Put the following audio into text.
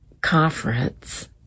conference